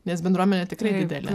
nes bendruomenė tikrai didelė